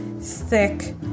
thick